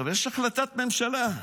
יש החלטת ממשלה.